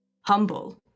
humble